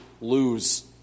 lose